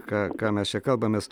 ką ką mes čia kalbamės